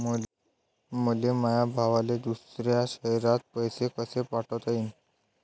मले माया भावाले दुसऱ्या शयरात पैसे कसे पाठवता येईन?